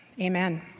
amen